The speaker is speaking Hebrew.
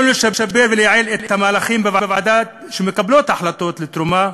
עלינו לשפר ולייעל את המהלכים בוועדות שמקבלות החלטות על תרומה